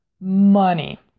money